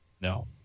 No